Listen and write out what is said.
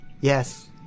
Yes